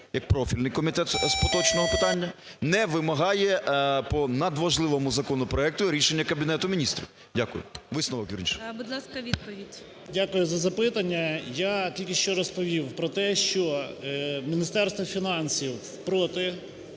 як профільний комітет з поточного питання, не вимагає по надважливому законопроекту рішення Кабінету Міністрів? Дякую. Висновок, вірніше. ГОЛОВУЮЧИЙ. Будь ласка, відповідь. 17:02:53 ДЗЮБЛИК П.В. Дякую за запитання. Я тільки що розповів про те, що Міністерство фінансів проти